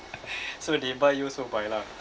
so they buy you also buy lah